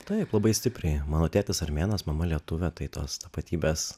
taip labai stipriai mano tėtis armėnas mama lietuvė tai tos tapatybės